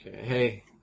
Hey